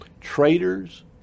traitors